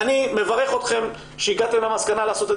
אני מברך אתכם שהגעתם למסקנה לעשות את